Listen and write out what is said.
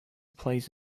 plays